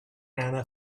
anna